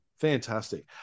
fantastic